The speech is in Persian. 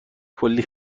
کلی